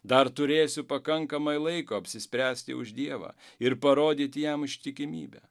dar turėsiu pakankamai laiko apsispręsti už dievą ir parodyti jam ištikimybę